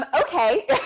Okay